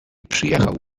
przyjechał